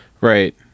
Right